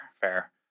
fair